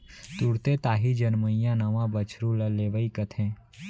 तुरते ताही जनमइया नवा बछरू ल लेवई कथें